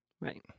right